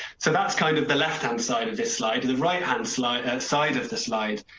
so that's kind of the left hand side of this. slide the right hand slide and side of the slide.